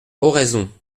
oraison